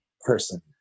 person